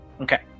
Okay